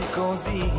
così